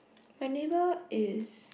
my neighbour is